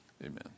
Amen